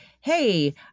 hey